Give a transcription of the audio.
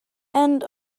end